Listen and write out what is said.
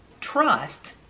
trust